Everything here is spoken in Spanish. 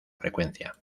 frecuencia